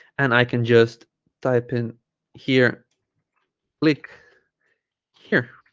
and i can just type in here click here